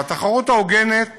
והתחרות ההוגנת